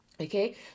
Okay